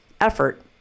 effort